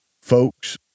folks